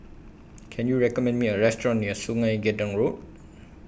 Can YOU recommend Me A Restaurant near Sungei Gedong Road